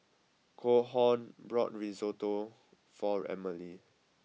Calhoun bought Risotto for Emely